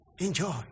Enjoy